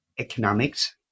economics